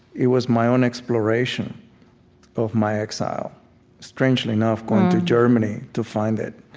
it was my own exploration of my exile strangely enough, going to germany to find it.